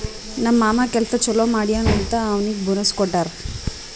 ನಮ್ ಮಾಮಾ ಕೆಲ್ಸಾ ಛಲೋ ಮಾಡ್ಯಾನ್ ಅಂತ್ ಅವ್ನಿಗ್ ಬೋನಸ್ ಕೊಟ್ಟಾರ್